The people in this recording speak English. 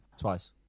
Twice